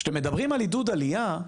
כשאתם מדברים על עידוד עלייה,